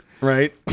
right